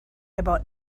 about